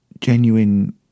Genuine